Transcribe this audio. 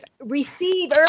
receive